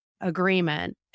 agreement